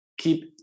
Keep